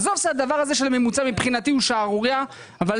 עזוב את הדבר הזה של הממוצע שמבחינתי הוא שערורייה אבל